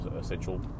essential